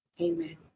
amen